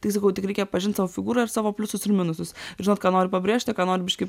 tai sakau tik reikia pažint savo figūrą ir savo pliusus ir minusus žinot ką nori pabrėžti o ką nori biškį